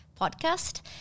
podcast